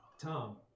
Tom